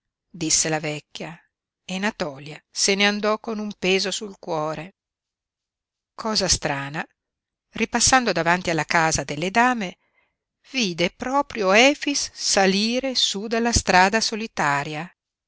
disse la vecchia e natòlia se ne andò con un peso sul cuore cosa strana ripassando davanti alla casa delle dame vide proprio efix salire su dalla strada solitaria